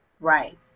Right